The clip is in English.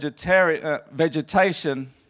vegetation